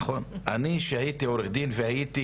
נכון, כשאני הייתי עורך דין והייתי